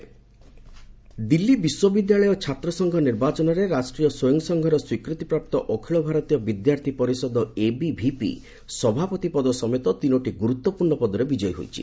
DUSU Delhi ବିଶ୍ୱବିଦ୍ୟାଳୟ ଛାତ୍ରସଂଘ ନିର୍ବାଚନରେ ରାଷ୍ଟ୍ରୀୟ ସ୍ୱୟଂ ସଂଘର ସ୍ୱୀକୃତିପ୍ରାପ୍ତ ଅଖିଳ ଭାରତୀୟ ବିଦ୍ୟାର୍ଥୀ ପରିଷଦ ଏବିଭିପି ସଭାପତି ପଦ ସମେତ ତିନୋଟି ଗୁରୁତ୍ୱପୂର୍ଣ୍ଣ ପଦରେ ବିକୟୀ ହୋଇଛି